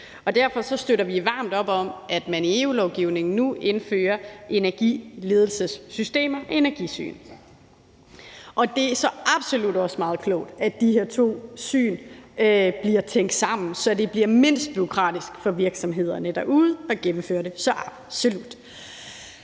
Derfor støtter vi varmt op om, at man i EU-lovgivningen nu indfører energiledelsessystemer og energisyn. Det er så absolut også meget klogt, at de her to syn bliver tænkt sammen, så det bliver mindst bureaukratisk for virksomhederne derude at gennemføre det